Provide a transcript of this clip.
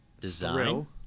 design